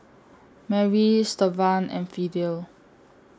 Mary Stevan and Fidel